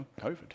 COVID